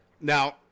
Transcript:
Now